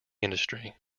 industry